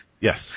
Yes